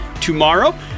tomorrow